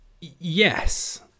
yes